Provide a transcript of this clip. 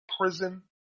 prison